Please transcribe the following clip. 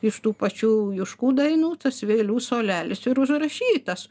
iš tų pačių juškų dainų tas vėlių suolelis ir užrašytas